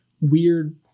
weird